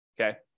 okay